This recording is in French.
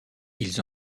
ils